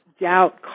doubt